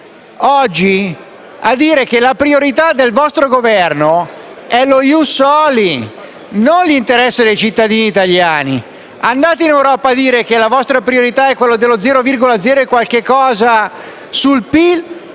oggi a dire che la priorità del vostro Governo è lo *ius soli*, non l'interesse dei cittadini italiani. Andate in Europa a dire che la vostra priorità e quello "0,0 e qualcosa" sul PIL